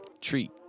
treat